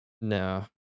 No